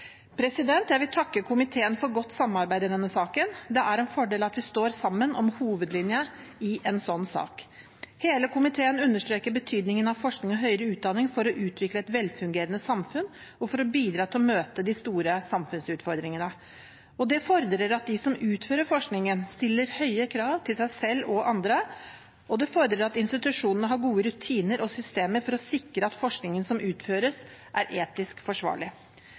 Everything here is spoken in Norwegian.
Jeg vil takke komiteen for godt samarbeid i denne saken, det er en fordel at vi står sammen om hovedlinjene i en slik sak. Hele komiteen understreker betydningen av forskning og høyere utdanning for å utvikle et velfungerende samfunn og for å bidra til å møte de store samfunnsutfordringene. Det fordrer at de som utfører forskningen, stiller høye krav til seg selv og andre, og det fordrer at institusjonene har gode rutiner og systemer for å sikre at forskningen som utføres, er etisk forsvarlig.